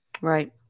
Right